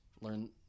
learn